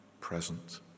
present